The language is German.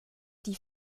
die